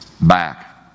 back